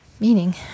meaning